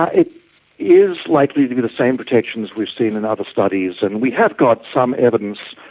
ah it is likely to be the same protections we've seen in other studies. and we have got some evidence